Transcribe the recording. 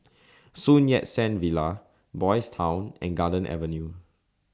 Sun Yat Sen Villa Boys' Town and Garden Avenue